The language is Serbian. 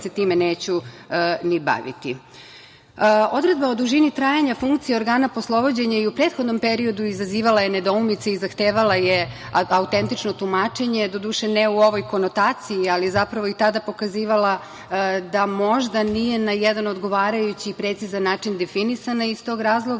se time neću ni baviti. Odredbama o dužini trajanja funkcije organa poslovođenja i u prethodnom periodu je izazivala nedoumice i zahtevala je autentično tumačenje, doduše, ne u ovoj konotaciji, ali zapravo je i tada pokazivala da možda nije na jedan odgovarajući i precizan način definisana. Iz tog razloga